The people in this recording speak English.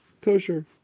kosher